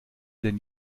denn